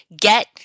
get